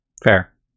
Fair